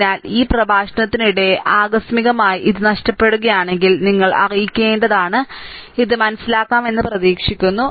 അതിനാൽ ഈ പ്രഭാഷണത്തിനിടെ ആകസ്മികമായി ഇത് നഷ്ടപ്പെടുകയാണെങ്കിൽ നിങ്ങൾ അറിയിക്കേണ്ടതാണ് ഇത് മനസ്സിലാക്കാമെന്ന് പ്രതീക്ഷിക്കുന്നു